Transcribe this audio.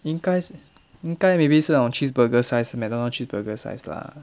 应该是应该 maybe 是那种 cheeseburger size mcdonald cheeseburger size lah